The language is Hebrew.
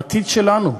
העתיד שלנו.